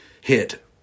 hit